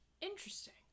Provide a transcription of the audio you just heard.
Interesting